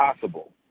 possible